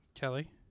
Kelly